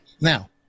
Now